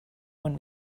when